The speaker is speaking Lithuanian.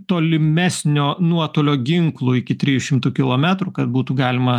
tolimesnio nuotolio ginklų iki trijų šimtų kilometrų kad būtų galima